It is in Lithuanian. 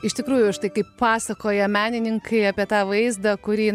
iš tikrųjų aš tai kaip pasakoja menininkai apie tą vaizdą kurį